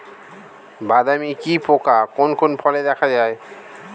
বাদামি কি পোকা কোন কোন ফলে দেখা যায়?